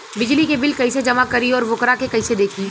बिजली के बिल कइसे जमा करी और वोकरा के कइसे देखी?